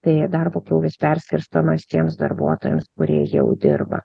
tai darbo krūvis perskirstomas tiems darbuotojams kurie jau dirba